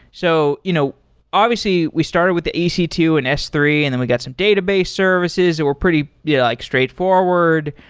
so, you know obviously, we started with the e c two and s three, and then we got some database services. we're pretty yeah like straightforward.